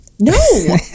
No